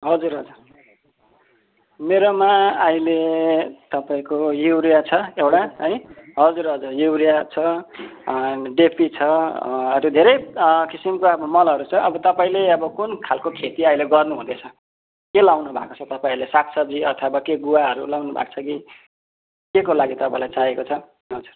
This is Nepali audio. हजुर हजुर मेरोमा अहिले तपाईँको युरिया छ एउटा है हजुर हजुर युरिया छ डिएपी छ अरू धेरै किसिमका मलहरू छ अब तपाईँले अब कुन खालको खेती अहिले गर्नुहुँदैछ के लाउनुभएको छ तपाईँहरूले सागसब्जी अथवा के गुवाहरू लाउनुभएको छ कि केको लागि तपाईँलाई चाहिएको छ हजुर